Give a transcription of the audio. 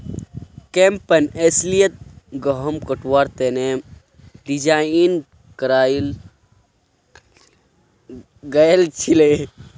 campaign अस्लियतत गहुम कटवार तने डिज़ाइन कराल गएल छीले